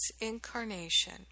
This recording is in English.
incarnation